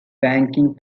banking